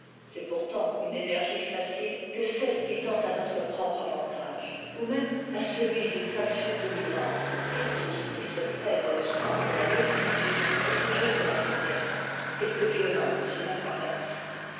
c'est pourtant une énergie facile que celle qui tend à notre propre avantage ou même à celui d'une faction dominante car tout ce qui se fait dans le sens de la multitude est toujours de la faiblesse quelque violent que cela paraisse